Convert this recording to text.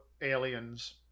aliens